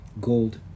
gold